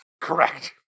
Correct